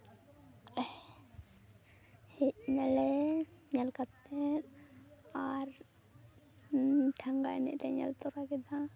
ᱦᱮᱡᱱᱟᱞᱮ ᱧᱮᱞ ᱠᱟᱛᱮ ᱟᱨ ᱴᱷᱮᱸᱜᱟ ᱮᱱᱮᱡ ᱞᱮ ᱧᱮᱞ ᱛᱚᱨᱟ ᱠᱮᱫᱟ